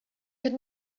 good